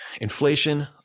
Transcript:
inflation